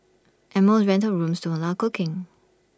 and most rental rooms don't allow cooking